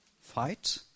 Fight